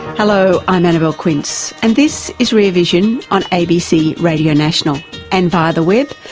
hello, i'm annabelle quince and this is rear vision on abc radio national and via the web.